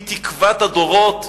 היא תקבע את הדורות,